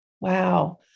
Wow